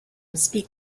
speak